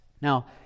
Now